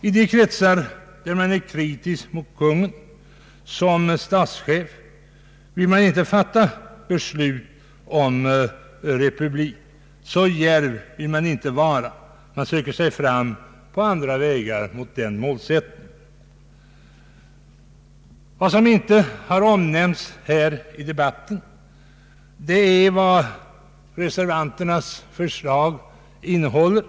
I de kretsar där man är kritisk mot kungen som statschef vill man inte fatta beslut om republik. Så djärv vill man inte vara. Man söker sig fram på andra vägar mot den målsättningen. Vad som inte omnämnts i debatten här är vad reservanternas förslag innehåller.